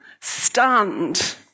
stunned